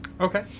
Okay